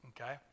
Okay